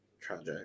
tragic